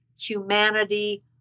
humanity